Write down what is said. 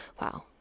wow